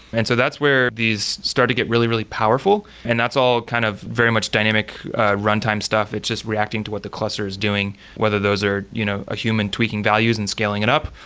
and so that's where these start to get really, really powerful. and that's all kind of very much dynamic runtime stuff. it's just reacting to what the cluster is doing, whether those are you know a human tweaking values and scaling it up,